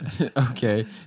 Okay